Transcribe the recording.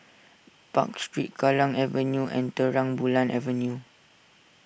Park Street Kallang Avenue and Terang Bulan Avenue